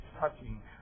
touching